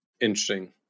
Interesting